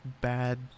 bad